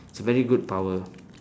it's a very good power